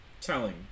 telling